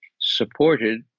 supported